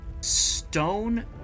stone